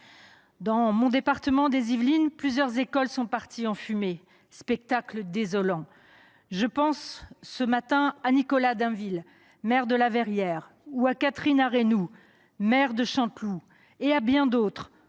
Dans mon département des Yvelines, plusieurs écoles sont parties en fumée. Spectacle désolant ! Je pense ce matin à Nicolas Dainville, maire de La Verrière, à Catherine Arenou, maire de Chanteloup les Vignes, et à bien d’autres,